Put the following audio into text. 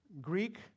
Greek